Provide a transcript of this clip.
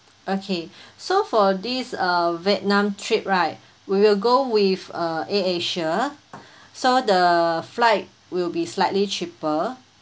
okay so for this uh vietnam trip right we will go with uh AirAsia so the flight will be slightly cheaper